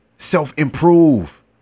self-improve